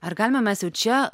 ar galime mes jau čia